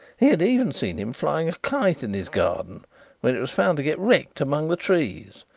he had even seen him flying a kite in his garden where it was found to get wrecked among the trees.